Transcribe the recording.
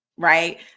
Right